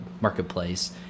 marketplace